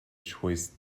choice